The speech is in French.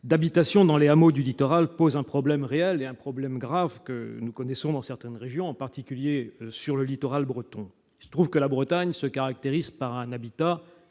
d'habitations dans les hameaux du littoral pose un vrai problème, que nous connaissons dans certaines régions, en particulier sur le littoral breton. Il se trouve que la Bretagne se caractérise par un habitat